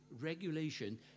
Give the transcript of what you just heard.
regulation